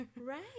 Right